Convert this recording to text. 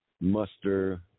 muster